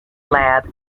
lab